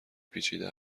پیچیده